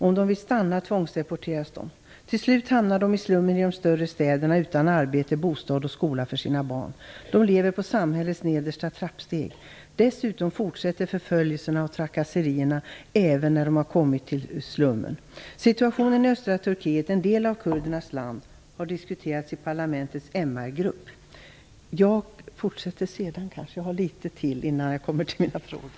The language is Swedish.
Om de vill stanna tvångsdeporteras de. Till slut hamnar de i slummen i de större städerna utan arbete, bostad och skola för sina barn. De lever på samhällets nedersta trappsteg. Dessutom fortsätter förföljelserna och trakasserierna även när de har kommit till slummen. Situationen i östra Turkiet, en del av kurdernas land, har diskuterats i parlamentets MR-grupp. - Jag fortsätter mitt anförande senare. Jag har litet kvar innan jag kommer till mina frågor.